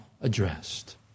addressed